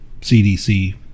CDC